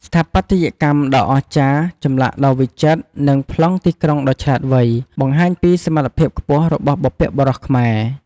ស្ថាបត្យកម្មដ៏អស្ចារ្យ ចម្លាក់ដ៏វិចិត្រ និងប្លង់ទីក្រុងដ៏ឆ្លាតវៃ បង្ហាញពីសមត្ថភាពខ្ពស់របស់បុព្វបុរសខ្មែរ។